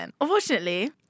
Unfortunately